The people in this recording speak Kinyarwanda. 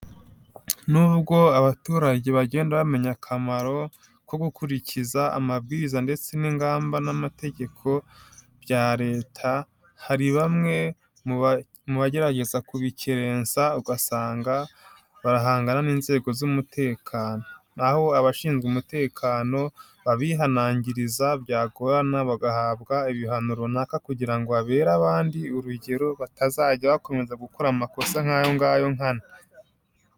Nubwo abaturage bagenda bamenya akamaro ko gukurikiza amabwiriza ndetse n'ingamba n'amategeko bya leta, hari bamwe mu bagerageza kubikerensa ugasanga barahangana n'inzego z'umutekano. Aho abashinzwe umutekano babihanangiriza byagorana bagahabwa ibihano runaka kugira ngo babere abandi urugero batazajya bakomeza gukora amakosa nk'ayongayo nkana.